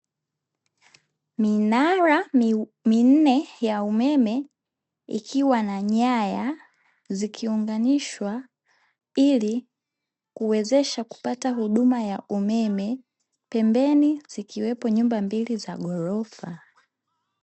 Minara minne ya umeme ikiwa na nyaya, zikiunganishwa ili kuwezesha kupata huduma ya umeme. Pembeni zikiwepo nyumba mbili za ghorofa.